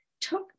took